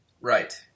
Right